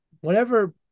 whenever